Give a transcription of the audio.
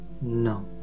No